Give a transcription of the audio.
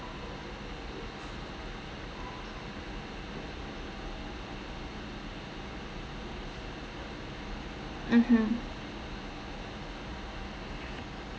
mmhmm